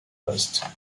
first